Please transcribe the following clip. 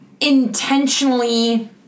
intentionally